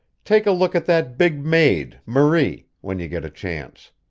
take a look at that big maid, marie, when you get a chance.